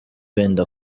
benda